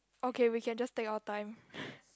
okay we can just take our time